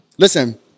Listen